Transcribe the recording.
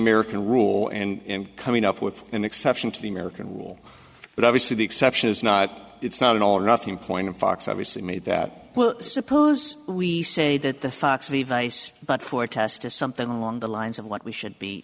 american rule and coming up with an exception to the american rule but obviously the exception is not it's not an all or nothing point of fox obviously me that well suppose we say that the facts of the vice but for test is something along the lines of what we should be